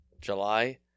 July